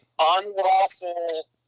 unlawful